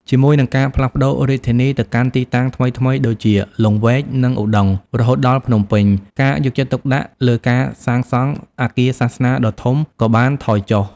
ជាមួយនឹងការផ្លាស់ប្តូររាជធានីទៅកាន់ទីតាំងថ្មីៗដូចជា លង្វែក និងឧដុង្គ រហូតដល់ភ្នំពេញ ការយកចិត្តទុកដាក់លើការសាងសង់អគារសាសនាដ៏ធំក៏បានថយចុះ។